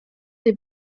des